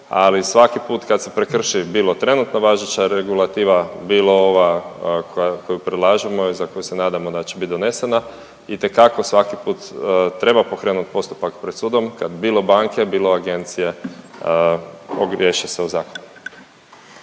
ali svaki put kad se prekrši bilo trenutno važeća regulativa, bilo ova koja, koju predlažemo i za koju se nadamo da će bit donesena itekako svaki put treba pokrenut postupak pred sudom kad bilo banke, bilo agencija ogriješe se o zakon.